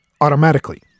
automatically